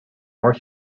more